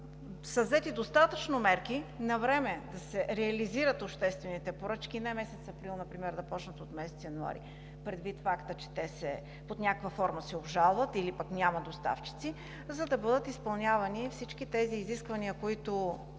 навреме достатъчно мерки да се реализират обществените поръчки, не месец април например, да започнат от месец януари, предвид факта, че те под някаква форма се обжалват или пък няма доставчици, за да бъдат изпълнявани всички тези изисквания, които